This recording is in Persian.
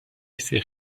سیخ